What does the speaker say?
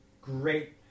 great